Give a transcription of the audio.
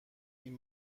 این